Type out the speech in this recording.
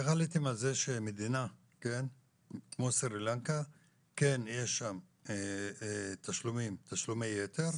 איך עליתם על זה שבמדינה כמו סרילנקה יש תשלומי יתר?